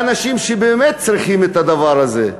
לאנשים שבאמת צריכים את הדבר הזה.